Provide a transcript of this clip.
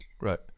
Right